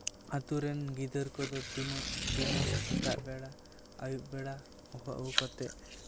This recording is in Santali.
ᱟᱹᱛᱩ ᱨᱮᱱ ᱜᱤᱫᱟᱹᱨ ᱠᱚᱫᱚ ᱛᱤᱱᱟᱹᱜ ᱫᱤᱱᱟᱹᱢ ᱥᱮᱛᱟᱜ ᱵᱮᱲᱟ ᱟᱹᱭᱩᱵ ᱵᱮᱲᱟ ᱦᱚᱦᱚ ᱟᱹᱜᱩ ᱠᱟᱛᱮᱜ